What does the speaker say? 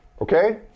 okay